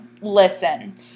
Listen